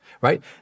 right